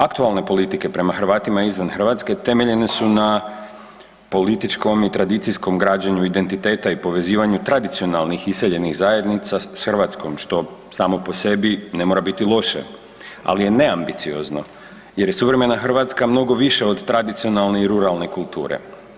Aktualne politike prema Hrvatima izvan Hrvatske temeljene su na političkom i tradicijskom građenju identiteta i povezivanju tradicionalnih iseljenih zajednica s Hrvatskom, što samo po sebi ne mora biti loše, ali je neambiciozno jer je suvremena Hrvatska mnogo više od tradicionalne i ruralne kulture.